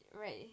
Right